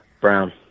Brown